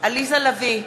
עליזה לביא,